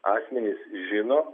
akmenys žino